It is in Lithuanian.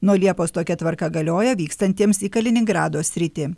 nuo liepos tokia tvarka galioja vykstantiems į kaliningrado sritį